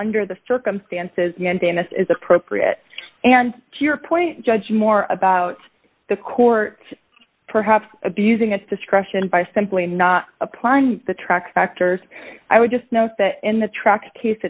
under the circumstances this is appropriate and to your point judge more about the court perhaps abusing its discretion by simply not applying the track factors i would just note that in the tract case